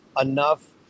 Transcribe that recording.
enough